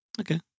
Okay